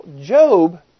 Job